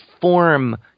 form